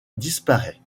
disparaît